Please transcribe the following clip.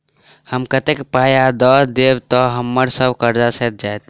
हम कतेक पाई आ दऽ देब तऽ हम्मर सब कर्जा सैध जाइत?